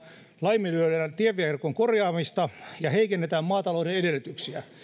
laiminlyödään tieverkon korjaamista ja heikennetään maatalouden edellytyksiä